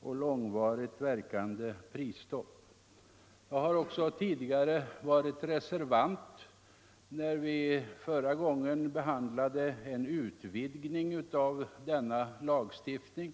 och långvarigt verkande prisstopp. Jag var också reservant när vi förra gången behandlade en utvidgning av denna lagstiftning.